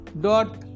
dot